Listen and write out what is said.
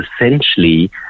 essentially